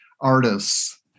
artists